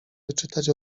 wyczytać